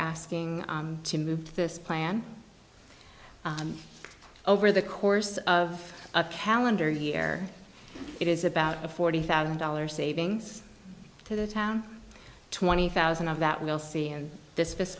asking to move this plan over the course of a calendar year it is about a forty thousand dollars savings to the town twenty thousand of that will see and this